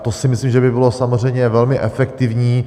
To si myslím, že by bylo samozřejmě velmi efektivní.